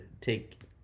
take